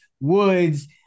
Woods